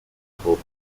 viable